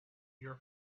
your